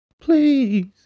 Please